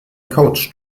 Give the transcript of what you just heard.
couch